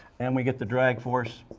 and we get the drag force,